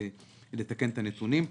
לתקן את הנתונים.